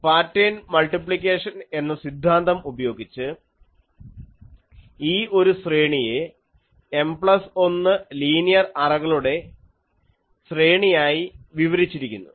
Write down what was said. pattern multiplication എന്ന സിദ്ധാന്തം ഉപയോഗിച്ച് ഈ ഒരു ശ്രേണിയെ M പ്ലസ് 1 ലീനിയർ അറകളുടെ ശ്രേണിയായി വിവരിച്ചിരിക്കുന്നു